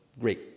great